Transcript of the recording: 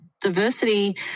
diversity